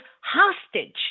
hostage